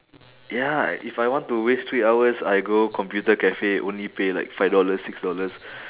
ya if I want to waste three hours I go computer cafe only pay like five dollars six dollars